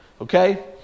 okay